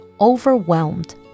overwhelmed